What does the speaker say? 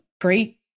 great